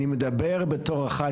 אני מדבר בתור אחד,